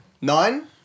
Nine